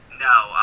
No